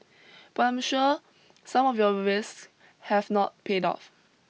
but I'm sure some of your risks have not paid off